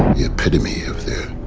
the epitome of their.